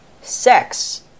sex